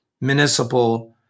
municipal